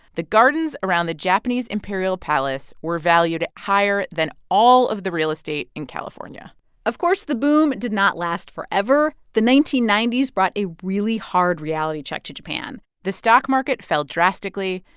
the gardens around the japanese imperial palace were valued higher than all of the real estate in california of course, the boom did not last forever. the nineteen ninety s brought a really hard reality check to japan the stock market fell drastically.